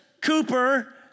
Cooper